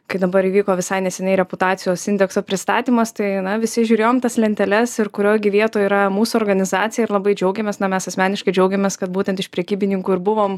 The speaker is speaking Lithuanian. kai dabar įvyko visai neseniai reputacijos indekso pristatymas tai na visi žiūrėjom tas lenteles ir kurioj gi vietoj yra mūsų organizacija ir labai džiaugiamės na mes asmeniškai džiaugiamės kad būtent iš prekybininkų ir buvom